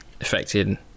affected